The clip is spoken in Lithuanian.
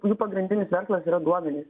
jų pagrindinis verslas yra duomenis